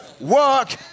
work